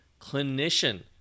clinician